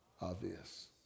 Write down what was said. obvious